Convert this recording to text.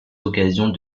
occasions